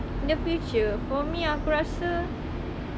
in the future for me aku rasa